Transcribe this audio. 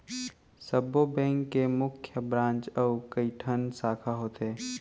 सब्बो बेंक के मुख्य ब्रांच अउ कइठन साखा होथे